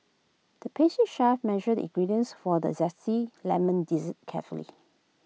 the pastry chef measured ingredients for the Zesty Lemon Dessert carefully